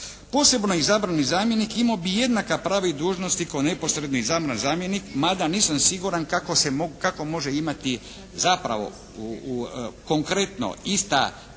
Posebno izabrani zamjenik imao bi jednaka prava i dužnosti kao neposredni zamjenik, mada nisam siguran kako može imati zapravo konkretno ista prava o